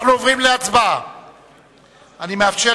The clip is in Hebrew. אנחנו עוברים להצבעה על הצעת